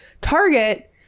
Target